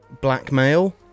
blackmail